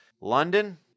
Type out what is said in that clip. London